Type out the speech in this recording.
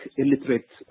illiterate